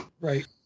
right